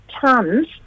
tons